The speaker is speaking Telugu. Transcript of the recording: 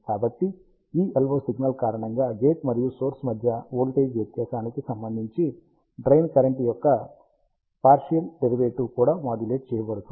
కాబట్టి ఈ LO సిగ్నల్ కారణంగా గేట్ మరియు సోర్స్ మధ్య వోల్టేజ్ వ్యత్యాసానికి సంబంధించి డ్రెయిన్ కరెంట్ యొక్క పార్షియల్ డెరివేటివ్ కూడా మాడ్యులేట్ చేయబడింది